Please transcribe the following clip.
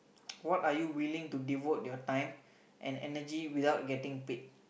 what are you willing to devote your time and energy without getting paid